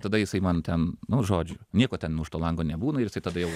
tada jisai man ten nu žodžiu nieko ten už to lango nebūna ir jisai tada jau